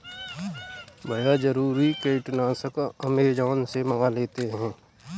भैया जरूरी कीटनाशक अमेजॉन से मंगा लेते हैं